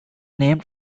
named